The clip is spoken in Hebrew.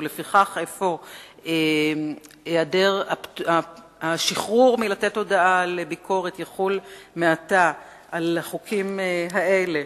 ולפיכך יחול אפוא מעתה השחרור מלתת הודעה על ביקורת על החוקים האלה: